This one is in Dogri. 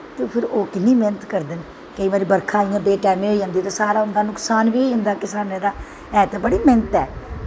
ते फिर ओह् किन्नी मैह्नत करदे न केंई बारी बरखा इयां बे टैमा होई जंदी ते नुकसान बी होईजंदा किसानें दा है तो बड़ी मैह्नत ऐ